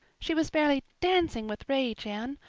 she was fairly dancing with rage, anne.